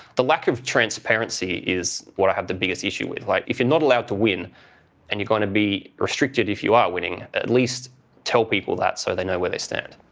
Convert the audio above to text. the lack of transparency is what i have the biggest issue with. like if you're not allowed to win and you're going to be restricted if you are winning, at least tell people that so they know where they stand.